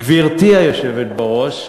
גברתי היושבת בראש,